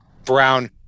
Brown